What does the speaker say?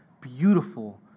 beautiful